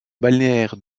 balnéaire